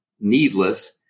needless